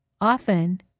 often